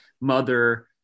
mother